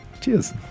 Cheers